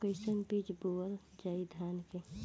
कईसन बीज बोअल जाई धान के?